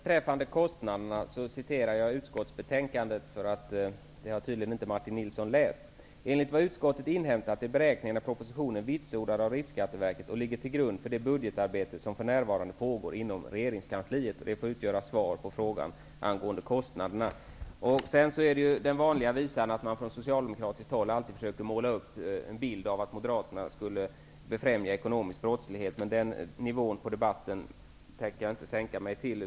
Fru talman! Beträffande kostnaderna citerar jag utskottsbetänkandet. Det har tydligen inte Martin ''Enligt vad utskottet inhämtat är beräkningarna i propositionen vitsordade av RSV och ligger till grund för det budgetarbete som för närvarande pågår inom regeringskansliet.'' Det får utgöra svar på frågan angående kostnaderna. Det är den vanliga visan, att man från socialdemokratiskt håll alltid försöker måla upp en bild av att Moderaterna skulle befrämja ekonomisk brottslighet. Den debattnivån tänker jag inte sänka mig till.